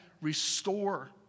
Restore